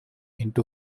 into